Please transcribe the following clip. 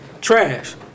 Trash